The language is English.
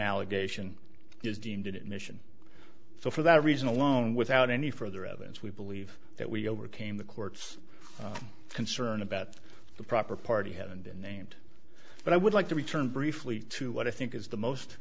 allegation is deemed it mission for that reason alone without any further evidence we believe that we overcame the court's concern about the proper party haven't been named but i would like to return briefly to what i think is the most